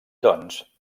doncs